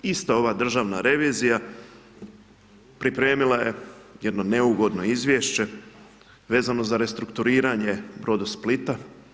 Ista ova Državna revizija pripremila je jedno neugodno izvješće vezano za restrukturiranje Brodosplita.